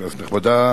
כנסת נכבדה,